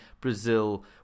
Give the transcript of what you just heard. Brazil